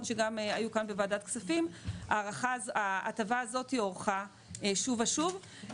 שגם היו כאן בוועדת כספים ההטבה הזאת הוארכה שוב ושוב.